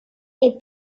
est